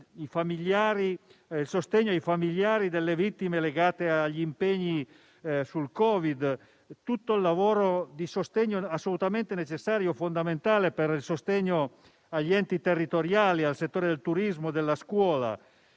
del sostegno ai familiari delle vittime legate ad impegni connessi al Covid, tutto il lavoro di sostegno assolutamente necessario e fondamentale agli enti territoriali, al settore del turismo e della scuola.